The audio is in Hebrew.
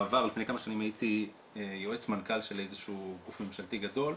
בעבר לפני כמה שנים הייתי יועץ מנכ"ל של גוף ממשלתי גדול,